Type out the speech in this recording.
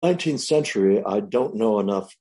‫בשנת ה-19, אני לא יודע כמו...